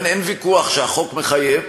אין ויכוח שהחוק מחייב,